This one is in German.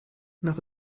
nach